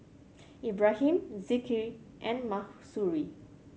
Ibrahim Zikri and Mahsuri